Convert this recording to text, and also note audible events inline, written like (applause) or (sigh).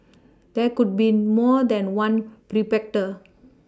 there could be more than one perpetrator (noise)